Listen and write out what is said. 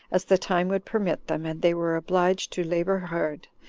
as the time would permit them, and they were obliged to labor hard,